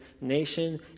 nation